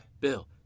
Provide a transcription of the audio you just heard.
Bill